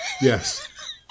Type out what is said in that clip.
Yes